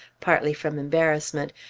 partly from embarrassment,